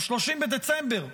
30 בדצמבר,